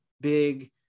big